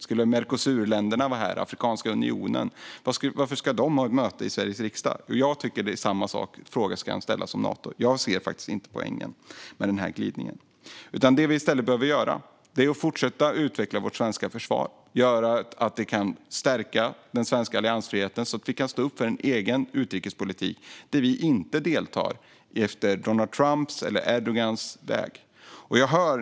Skulle Mercosurländerna eller Afrikanska unionen vara här? Varför skulle de ha ett möte i Sveriges riksdag? Jag tycker att samma fråga kan ställas om Nato. Jag ser faktiskt inte poängen med den här glidningen. Det vi i stället behöver göra är att fortsätta utveckla vårt svenska försvar så att vi kan stärka den svenska alliansfriheten och stå upp för en egen utrikespolitik där vi inte dansar efter Donald Trumps eller Erdogans pipa.